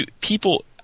people